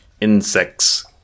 insects